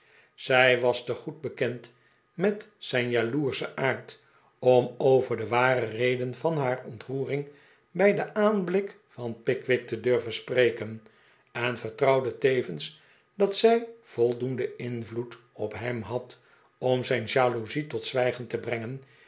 zij was te goed bekend met zijn jaloerschen aard om over de ware reden van haar ontroering bij den aanblik van pickwick te durven spreken en vertrouwde tevens dat zij voldoenden invloed op hem had om zijn jaloezie tot zwijgen te brengen